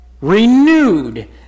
Renewed